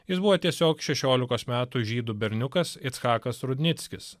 jis buvo tiesiog šešiolikos metų žydų berniukas ichakas rudnieckis